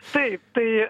taip tai